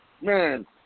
Man